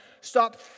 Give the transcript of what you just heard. Stop